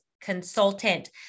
consultant